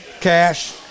cash